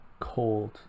cold